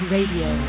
Radio